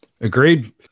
Agreed